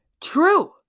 true